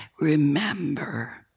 remember